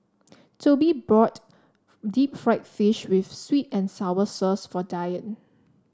Tobie bought Deep Fried Fish with sweet and sour sauce for Dyan